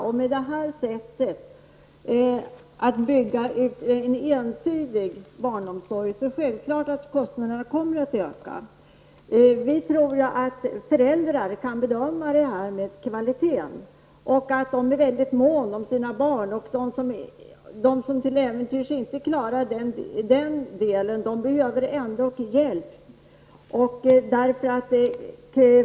Om man bygger ut en ensidig barnomsorg, är det självklart att kostnaderna kommer att öka. Vi moderater tror att föräldrar är kapabla att bedöma kvalitét. De är väldigt måna om sina barn. De föräldrar som inte klarar den biten behöver ändå hjälp.